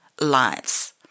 lives